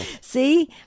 See